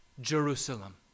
Jerusalem